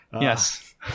Yes